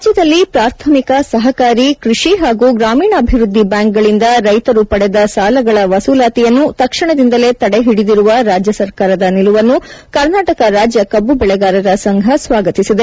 ರಾಜ್ಯದಲ್ಲಿ ಪ್ರಾಥಮಿಕ ಸಹಕಾರಿ ಕೃಷಿ ಹಾಗೂ ಗ್ರಾಮೀಣಾಭಿವ್ಬದ್ಲಿ ಬ್ಯಾಂಕುಗಳಿಂದ ರೈತರು ಪಡೆದ ಸಾಲಗಳ ವಸೂಲಾತಿಯನ್ನು ತಕ್ಷಣದಿಂದಲೇ ತಡೆ ಹಿಡಿದಿರುವ ರಾಜ್ಯ ಸರ್ಕಾರದ ನಿಲುವನ್ನು ಕರ್ನಾಟಕ ರಾಜ್ಯ ಕಬ್ಬು ಬೆಳೆಗಾರರ ಸಂಘ ಸ್ವಾಗತಿಸಿದೆ